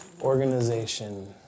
Organization